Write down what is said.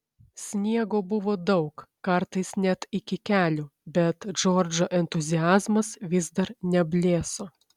sniego buvo daug kartais net iki kelių bet džordžo entuziazmas vis dar neblėso